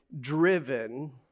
driven